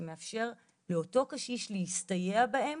שמאפשר לאותו קשיש להסתייע בהם